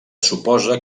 suposa